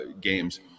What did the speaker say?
games